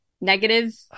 negative